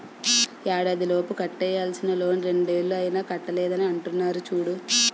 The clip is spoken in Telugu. ఏడాదిలోపు కట్టేయాల్సిన లోన్ రెండేళ్ళు అయినా కట్టలేదని అంటున్నారు చూడు